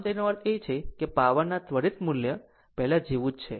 આમ તેનો અર્થ એ છે કે પાવરના ત્વરિત મૂલ્ય પહેલાં જેવું જ છે